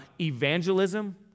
evangelism